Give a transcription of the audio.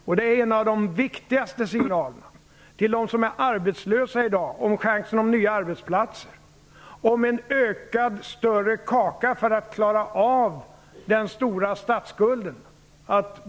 Detta är en av de viktigaste signalerna till dem som är arbetslösa i dag vad gäller chanser till nya arbetsplatser och om en större kaka av möjligheter att börja beta av på den stora statsskulden.